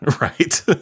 right